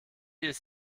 ist